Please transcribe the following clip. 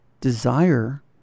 desire